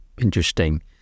Interesting